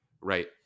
right